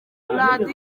radio